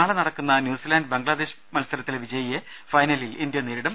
നാളെ നടക്കുന്ന New Zealand Bangladesh മത്സരത്തിലെ വിജയിയെ ഫൈനലിൽ ഇന്ത്യ നേരിടും